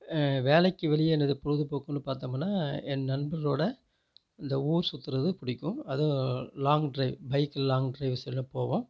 வேலைக்கு வெளியே எனது பொழுதுபோக்குன்னு பார்த்தமுன்னா என் நண்பரோட இந்த ஊர் சுற்றுறது பிடிக்கும் அதுவும் லாங் டிரைவ் பைக்கில் லாங் டிரைவ்ஸ் எல்லாம் போவோம்